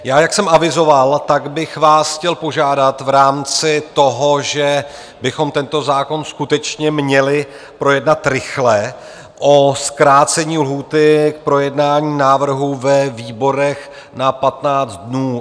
Jak jsem avizoval, tak bych vás chtěl požádat v rámci toho, že bychom tento zákon skutečně měli projednat rychle, o zkrácení lhůty k projednání návrhu ve výborech na 15 dnů.